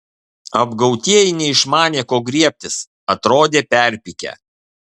apgautieji neišmanė ko griebtis atrodė perpykę